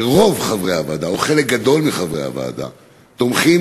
שרוב חברי הוועדה או חלק גדול מחברי הוועדה תומכים